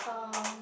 um